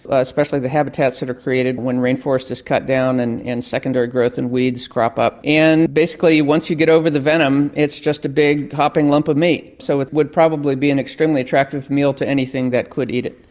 ah especially the habitats that are created when rainforest is cut down and and secondary growth and weeds crop up. and basically once you get over the venom it's just a big hopping lump of meat, so it would probably be an extremely extremely attractive meal to anything that could eat it.